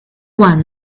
one